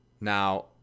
Now